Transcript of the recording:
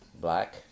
Black